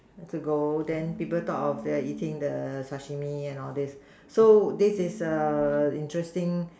to go then people thought of eating the Sashimi and all these so this is the interesting